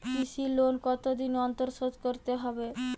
কৃষি লোন কতদিন অন্তর শোধ করতে হবে?